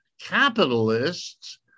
capitalists